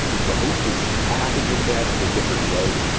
if the host is packaging that in a different way,